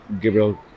Gabriel